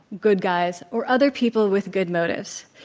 good guys, or other people with good motives.